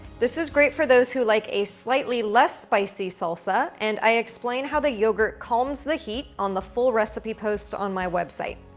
this is great for those who like a slightly less spicy salsa, and i explain how the yogurt calms the heat on the full recipe post on my website.